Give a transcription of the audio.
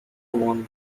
won